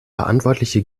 verantwortliche